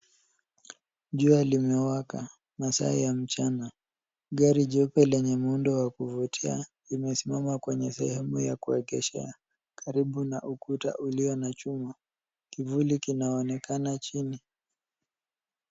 Jua limewaka, masaa ya mchana, gari jeupe lenye muundo wa kuvutia limesimama kwenye sehemu ya kuegeshea karibu na ukuta ulio na chuma, kivuli kinaonekana chini.